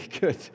good